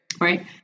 Right